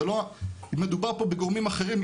מדובר פה בגורמים אחרים.